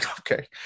Okay